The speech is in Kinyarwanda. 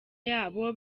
yabo